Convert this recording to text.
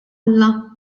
alla